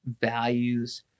values